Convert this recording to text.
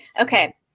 Okay